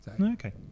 Okay